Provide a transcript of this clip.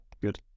good